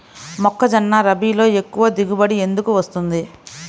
మొక్కజొన్న రబీలో ఎక్కువ దిగుబడి ఎందుకు వస్తుంది?